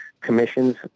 commissions